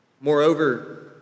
Moreover